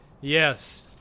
Yes